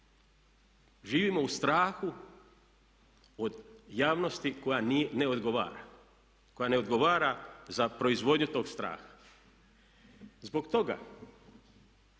Živimo u strahu od javnosti koja ne odgovara, koja ne odgovara za proizvodnju tog straha. Zbog toga